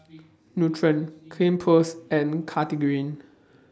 Nutren Cleanz Plus and Cartigain